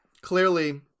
clearly